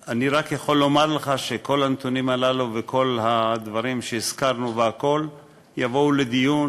אני רק יכול לומר לך שכל הנתונים הללו וכל הדברים שהזכרנו יבואו לדיון.